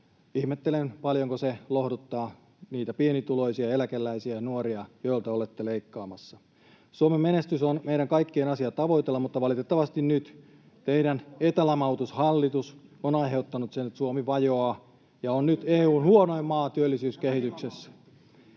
Ihmettelen, paljonko se lohduttaa niitä pienituloisia ja eläkeläisiä ja nuoria, joilta olette leikkaamassa. Suomen menestys on meidän kaikkien asia tavoitella, mutta valitettavasti nyt teidän etälamautushallitus on aiheuttanut sen, että Suomi vajoaa ja on nyt EU:n huonoin maa työllisyyskehityksessä.